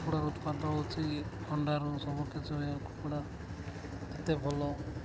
କୁକୁଡ଼ା ଉତ୍ପାଦ ହେଉଛି ଥଣ୍ଡାରୁ ସବୁକଛି କୁକୁଡ଼ା ଏତେ ଭଲ